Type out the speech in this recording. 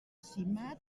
simat